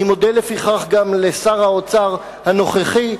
אני מודה לפיכך גם לשר האוצר הנוכחי,